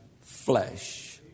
flesh